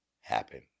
happen